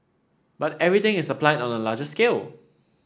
but everything is applied on a larger scale